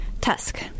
Tusk